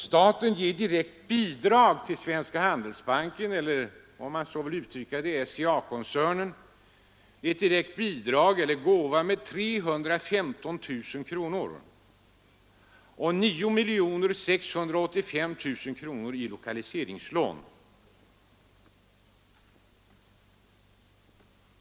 Staten ger med andra ord ett direkt bidrag till Svenska handelsbanken — eller om man så vill uttrycka det en gåva till SCA-koncernen — på 315 000 kronor och 9 685 000 kronor i lokaliseringslån.